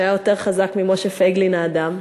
שהיה יותר חזק ממשה פייגלין האדם.